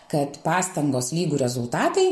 kad pastangos lygu rezultatai